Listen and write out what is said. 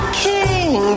king